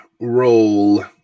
roll